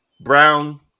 Brown